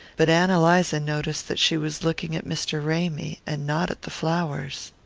but ann eliza noticed that she was looking at mr. ramy, and not at the flowers.